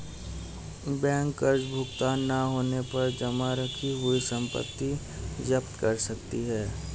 bank कर्ज भुगतान न होने पर जमा रखी हुई संपत्ति जप्त कर सकती है